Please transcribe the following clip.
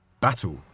Battle